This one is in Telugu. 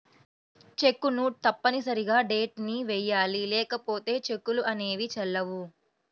చెక్కును తప్పనిసరిగా డేట్ ని వెయ్యాలి లేకపోతే చెక్కులు అనేవి చెల్లవు